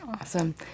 awesome